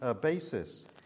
basis